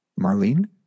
Marlene